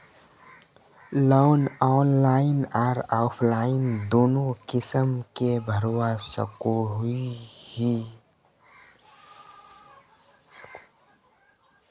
Loan online आर offline दोनों किसम के भरवा सकोहो ही?